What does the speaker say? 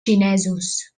xinesos